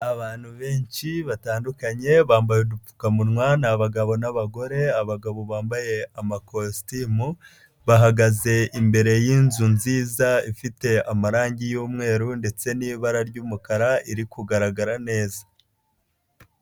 Abantu benshi batandukanye bambaye udupfukamunwa, ni abagabo n'abagore, abagabo bambaye amakositimu bahagaze imbere y'inzu nziza ifite amarangi y'umweru, ndetse n'ibara ry'umukara iri kugaragara neza.